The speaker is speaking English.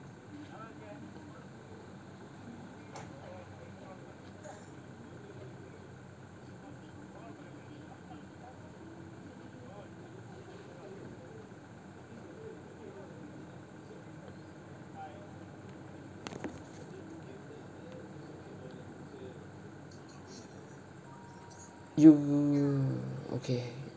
you okay